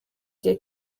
igihe